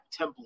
template